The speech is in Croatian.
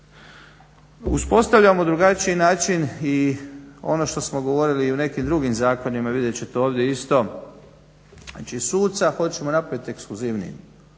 Uspostavljamo drugačiji način i ono što smo govorili i u nekim drugim zakonima vidjet ćete ovdje isto znači suca, hoćemo napraviti ekskluzivni